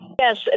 Yes